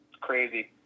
crazy